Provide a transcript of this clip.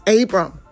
Abram